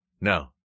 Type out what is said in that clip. No